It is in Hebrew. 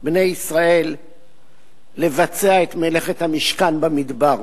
בני ישראל לבצע את מלאכת המשכן במדבר.